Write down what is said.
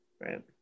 right